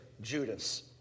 Judas